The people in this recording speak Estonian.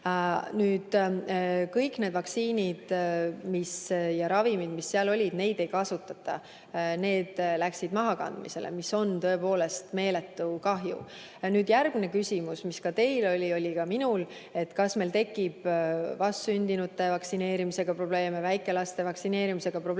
Nüüd, kõik need vaktsiinid ja ravimid, mis seal olid, neid ei kasutata. Need läksid mahakandmisele. See on tõepoolest meeletu kahju. Nüüd, järgmine küsimus, mis teil oli ja oli ka minul, et kas meil tekib vastsündinute vaktsineerimisega probleeme, väikelaste vaktsineerimisega probleeme.